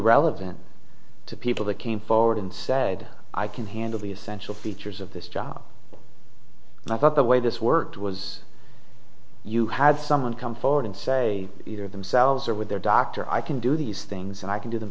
relevant to people that came forward and said i can handle the essential features of this job and i thought the way this worked was you had someone come forward and say either themselves or with their doctor i can do these things and i can do them